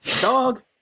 dog